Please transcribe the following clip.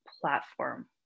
platform